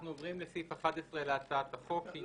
אנחנו עוברים לסעיף 11 להצעת החוק.